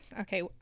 okay